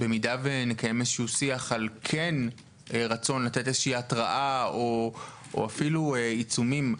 אם נקיים שיח על כן רצון לתת התרעה או אפילו עיצומים,